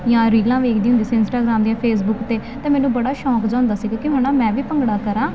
ਯਾ ਰੀਲਾਂ ਵੇਖਦੀ ਹੁੰਦੀ ਸਟਾਗਰਮ ਦੀਆਂ ਫ